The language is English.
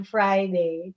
Friday